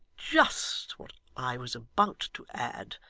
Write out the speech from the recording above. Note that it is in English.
just what i was about to add,